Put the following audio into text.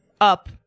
up